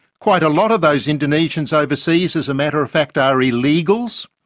quite a lot of those indonesians overseas as a matter of fact are illegals.